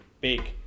big